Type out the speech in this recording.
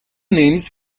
names